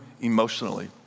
emotionally